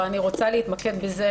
אני רוצה להתמקד בזה,